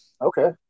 Okay